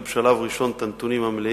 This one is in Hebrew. בשלב הראשון אפילו לא קיבלתי את הנתונים המלאים.